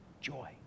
joy